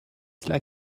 cela